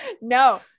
No